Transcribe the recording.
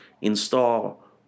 Install